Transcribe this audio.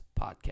Podcast